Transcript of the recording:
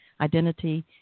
identity